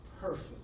perfect